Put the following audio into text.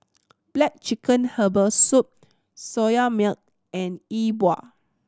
black chicken herbal soup Soya Milk and Yi Bua